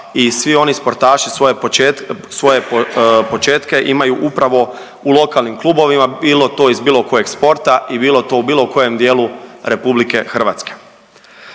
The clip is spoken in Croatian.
i svi oni sportaši svoje početke imaju upravo u lokalnim klubovima bilo to iz bilo kojeg sporta i bilo to u bilo kojem dijelu RH.